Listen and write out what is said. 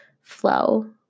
Flow